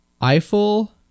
Eiffel